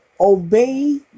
Obey